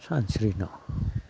सानस्रिनो